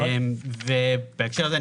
בהקשר הזה,